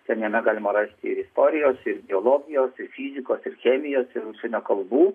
ten jame galima rasti ir istorijos ir biologijos ir fizikos ir chemijos ir užsienio kalbų